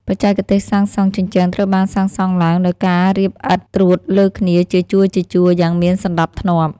បច្ចេកទេសសាងសង់ ជញ្ជាំងត្រូវបានសាងសង់ឡើងដោយការរៀបឥដ្ឋត្រួតលើគ្នាជាជួរៗយ៉ាងមានសណ្តាប់ធ្នាប់។